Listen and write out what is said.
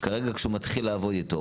כשהוא מתחיל לעבוד איתו,